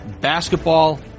Basketball